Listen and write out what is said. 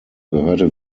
gehörte